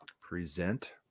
present